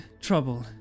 trouble